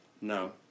No